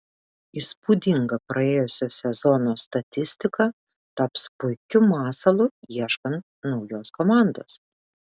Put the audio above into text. įspūdinga praėjusio sezono statistika taps puikiu masalu ieškant naujos komandos